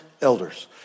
elders